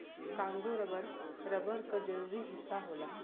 Congo rubber, rubber क जरूरी हिस्सा होला